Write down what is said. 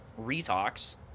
retox